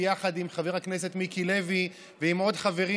יחד עם חבר הכנסת מיקי לוי ועם עוד חברים,